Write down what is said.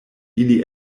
ili